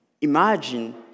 Imagine